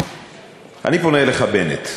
אני פונה אליך, בנט,